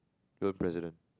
the president